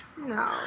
No